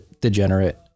degenerate